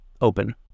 open